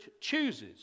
chooses